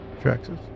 Traxxas